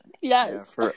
yes